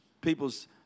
people's